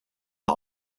not